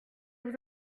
vous